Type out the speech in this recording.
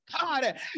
God